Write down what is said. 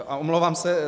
Omlouvám se.